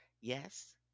yes